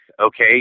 Okay